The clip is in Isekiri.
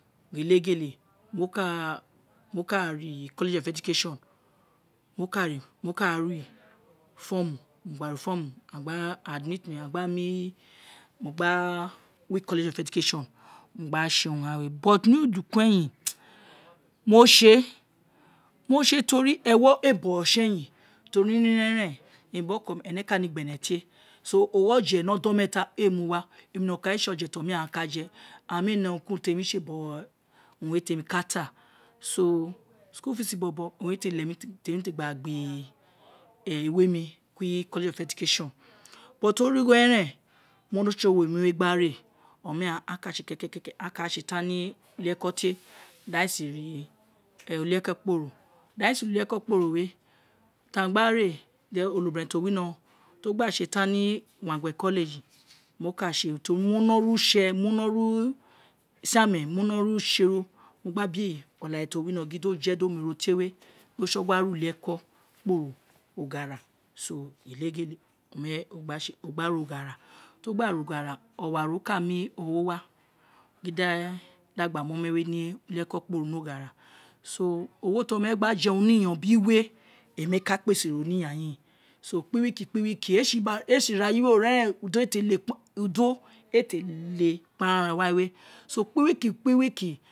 Ghele, ghele mo ka mo ka re college of education, mo ka re, mo ka ra form, mo gba ra form owun aghan gba admit mi, mo gba re college of education, mo gba se urun ghan we e ro du kueyin mo see tori ewo ee bo sieyin teri ni ira eren, emi bi oko mi ene laa ne ighene tie so ogho oje ni odon meeta ee, mu wa, emi nokan owun re se oje ti oma ghan ka je, and mee ne urun ti emi bo urun we ti emi kata so, school fees bobo, owun ee leghe ti mee te gba iroe mi ni college of education, but ni origho erenmo no so wo nuloe gba re oma ghan a ka se kekeke aka se tan ni ulieko diaghan ee si wo ulieko kporo we ti aghan gbaire then onobiron ti o wo ti o gba se tan ni ulongue college, mo ka se urun tori ni no ri use ro, mo gbe okare ti o wino gin di o ma jedi omero tie we do sogua kporo so ghele, ghele o gba se o gba re oghara ti o gba re oghara, owa re oghara ti o gba re oghara, owaro ka mu ogho wa gin di eghan gba mu oma we ni ulieko kporo ni oghara so ogho ti ome we gba ye urun we emi owun ke ka kpese ro ni iyanyin kpi week, kpi week, esi ira yi we ira eren, udo ee te le kparam wa we so kpi week kpi week.